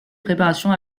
préparation